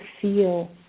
feel